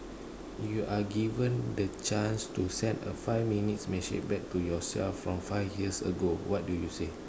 you are given the chance to set a five minute message back to yourself from five years ago what do you say